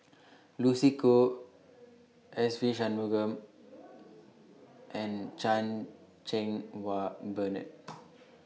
Lucy Koh Se Ve Shanmugam and Chan Cheng Wah Bernard